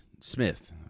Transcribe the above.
Smith